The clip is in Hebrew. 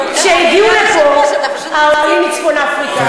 כשהגיעו לפה העולים מצפון-אפריקה,